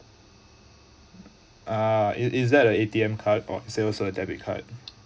ah is is that a A_T_M card or sales a debit card